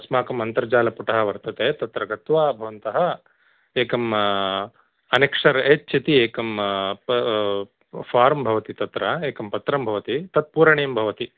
अस्माकम् अन्तर्जालपुटः वर्तते तत्र गत्वा भवन्तः एकम् अनेक्षर् यच्छति एकं प फ़ार्म् भवति तत्र एकं पत्रं भवति तत् पूरणीयं भवति